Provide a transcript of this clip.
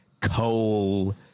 coal